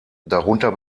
darunter